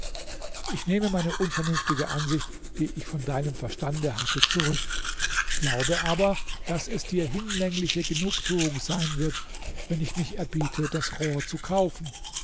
ich nehme meine unvernünftige ansicht die ich von deinem verstande hatte zurück glaube aber daß es dir hinlängliche genugtuung sein wird wenn ich mich erbiete das rohr zu kaufen